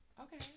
Okay